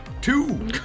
Two